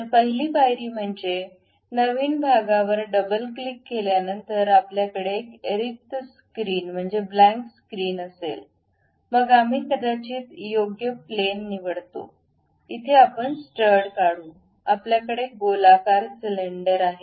तर पहिली पायरी म्हणजे नवीन भागावर डबल क्लिक केल्यानंतर आपल्याकडे एक रिक्त स्क्रीन असेल मग आम्ही कदाचित योग्य प्लॅन निवडतो इथे आपण स्टड काढू आपल्याकडे गोलाकार सिलेंडर आहे